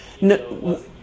No